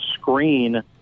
screen